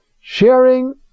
sharing